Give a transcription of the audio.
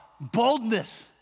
boldness